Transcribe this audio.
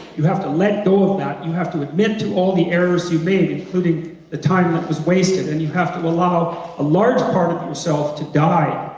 you have to let go of that, you have to admit to all the errors you made including the time that was wasted and you have to allow a large part of yourself to die,